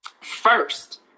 first